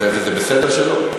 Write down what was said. וזה בסדר שלא?